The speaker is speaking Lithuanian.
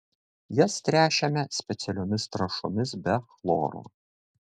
jas tręšiame specialiomis trąšomis be chloro